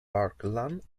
parkland